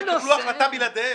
יקבלו החלטה בלעדיהם.